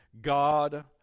God